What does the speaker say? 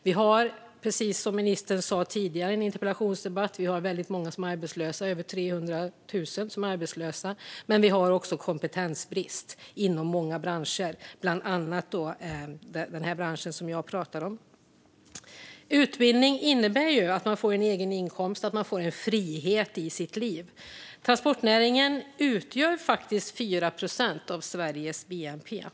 Vi har, som ministern sa i en interpellationsdebatt tidigare, väldigt många som är arbetslösa, över 300 000. Men vi har också kompetensbrist inom många branscher, bland annat den bransch jag pratar om. Utbildning innebär att man får en egen inkomst och en frihet i sitt liv. Transportnäringen står för 4 procent av Sveriges bnp.